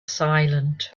silent